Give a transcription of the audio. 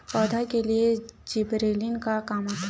पौधा के लिए जिबरेलीन का काम आथे?